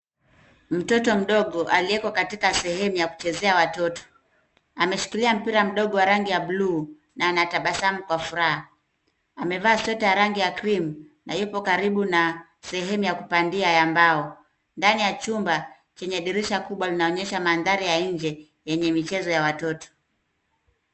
Mtoto mdogo aliyeko katika sehemu ya kuchezea watoto. Ameshikilia mpira mdogo wa rangi ya blue , na anatabasamu kwa furaha. Amevaa sweta ya rangi ya cream na yupo karibu na sehemu ya kupandia ya mbao. Ndani ya chumba chenye dirisha kubwa, linaonyesha mandhari ya nje yenye michezo ya watoto.